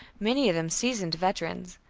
many of them seasoned veterans.